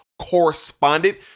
correspondent